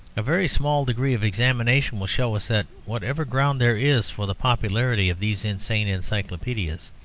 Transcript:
a very small degree of examination will show us that whatever ground there is for the popularity of these insane encyclopaedias,